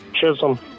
Chisholm